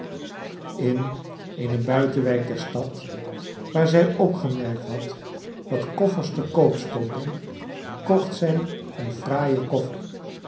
in eene buitenwijk der stad waar zij opgemerkt had dat koffers te koop stonden kocht zij een fraaien koffer